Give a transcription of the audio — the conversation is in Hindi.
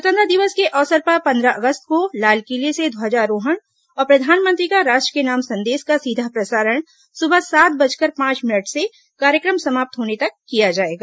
स्वतंत्रता दिवस के अवसर पर पंद्रह अगस्त को लालकिले से ध्वजारोहण और प्रधानमंत्री का राष्ट्र के नाम संदेश का सीधा प्रसारण सुबह सात बजकर पांच मिनट से कार्यक्रम समाप्त होने तक किया जाएगा